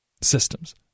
systems